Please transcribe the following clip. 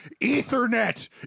Ethernet